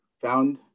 found